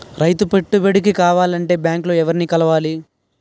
రైతు పెట్టుబడికి కావాలంటే బ్యాంక్ లో ఎవరిని కలవాలి?